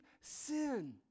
sin